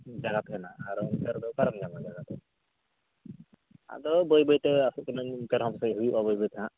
ᱡᱟᱭᱜᱟ ᱛᱟᱦᱮᱱᱟ ᱟᱨ ᱚᱱᱛᱮ ᱨᱮᱫᱚ ᱚᱠᱟᱨᱮᱢ ᱧᱟᱢᱟ ᱡᱟᱜᱟ ᱫᱚ ᱟᱫᱚ ᱵᱟᱹᱭ ᱵᱟᱹᱭᱛᱮ ᱟᱥᱚᱜ ᱠᱟᱹᱱᱟᱹᱧ ᱚᱱᱛᱮ ᱨᱮᱦᱚᱸ ᱯᱟᱥᱮᱡ ᱦᱩᱭᱩᱜᱼᱟ ᱵᱟᱹᱭ ᱵᱟᱹᱭᱛᱮ ᱦᱟᱸᱜ